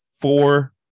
Four